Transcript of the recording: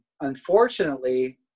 Unfortunately